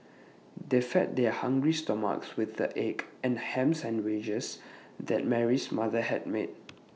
they fed their hungry stomachs with the egg and Ham Sandwiches that Mary's mother had made